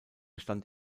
stand